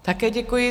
Také děkuji.